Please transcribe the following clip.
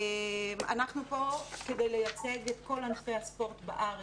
אנחנו פה כדי לייצג את כל ענפי הספורט בארץ.